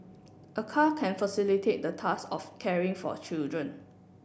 a car can facilitate the task of caring for children